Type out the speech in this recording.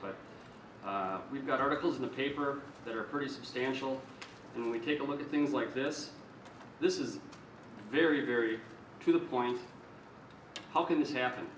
but we've got articles in the paper that are pretty substantial and we take a look at things like this this is very very to the point how can this happen